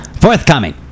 Forthcoming